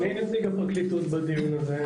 אני נציג הפרקליטות בדיון הזה.